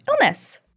illness